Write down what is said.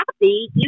happy